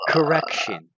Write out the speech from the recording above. Correction